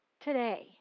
today